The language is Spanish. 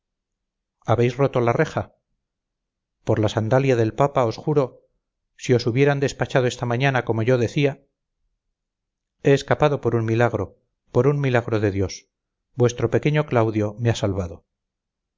habéis roto la reja por la sandalia del papa os juro si os hubieran despachado esta mañana como yo decía he escapado por un milagro por un milagro de dios vuestro pequeño claudio me ha salvado